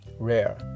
rare